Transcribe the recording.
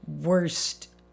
worst